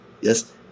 Yes